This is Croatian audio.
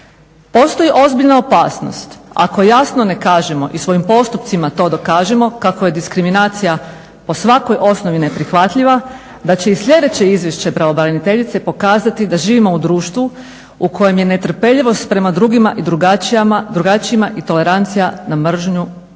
Postoji ozbiljna opasnost ako jasno ne kažemo i svojim postupcima to dokažemo kako je diskriminacija po svakoj osnovi neprihvatljiva, da će i sljedeće izvješće pravobraniteljice pokazati da živimo u društvu u kojem je netrpeljivost prema drugima i drugačijima i tolerancija na mržnju prevelika.